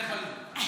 לך על זה.